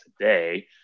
today